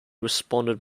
responded